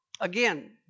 again